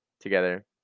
together